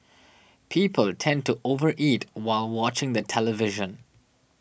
people tend to over eat while watching the television